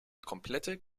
komplette